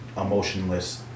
emotionless